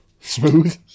Smooth